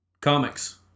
comics